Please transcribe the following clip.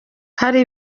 hari